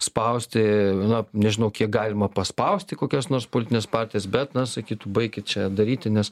spausti na nežinau kiek galima paspausti kokias nors politines partijas bet na sakytų baikit čia daryti nes